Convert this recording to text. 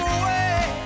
away